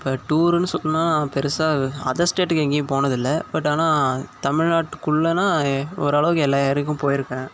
இப்போ டூருன்னு சொன்னால் பெருசாக அதர் ஸ்டேட்டுக்கு எங்கேயும் போனதில்லை பட் ஆனால் தமிழ்நாட்டுக்குள்ளனால் ஓரளவுக்கு எல்லா ஏரியாவுக்கும் போயிருக்கேன்